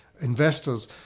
investors